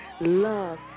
love